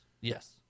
Yes